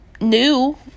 new